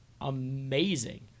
Amazing